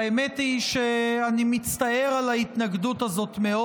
והאמת היא שאני מצטער על ההתנגדות הזאת מאוד.